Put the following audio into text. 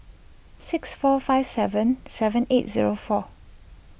six four five seven seven eight zero four